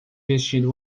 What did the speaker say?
vestindo